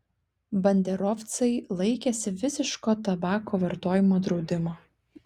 banderovcai laikėsi visiško tabako vartojimo draudimo